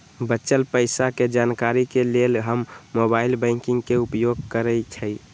बच्चल पइसा के जानकारी के लेल हम मोबाइल बैंकिंग के उपयोग करइछि